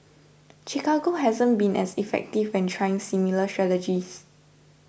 Chicago hasn't been as effective when trying similar strategies